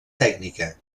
tècnica